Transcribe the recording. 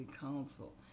council